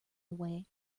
away